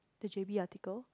the j_b article